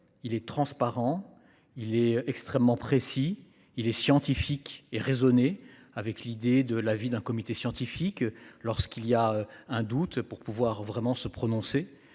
il est transparent et il est extrêmement précis. Il est scientifique et raisonné au travers de l'idée de solliciter l'avis d'un comité scientifique, lorsqu'il y a un doute, pour pouvoir vraiment se prononcer